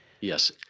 Yes